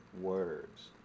words